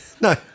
No